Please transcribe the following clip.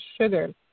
sugar